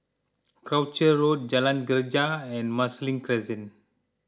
Croucher Road Jalan Greja and Marsiling Crescent